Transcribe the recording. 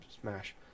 smash